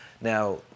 Now